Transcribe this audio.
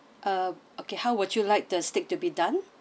uh okay how would you like the steak to be done